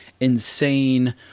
insane